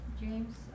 James